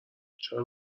چرا